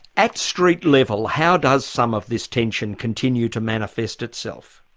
at street level how does some of this tension continue to manifest itself?